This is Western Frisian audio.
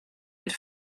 dit